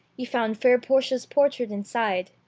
he found fair portia's portrait inside,